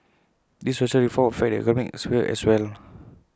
these social reforms affect the economic sphere as well